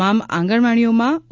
તમામ આંગણવાડીઓમાં ઓ